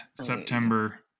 september